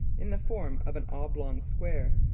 in the form of an oblong square,